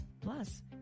Plus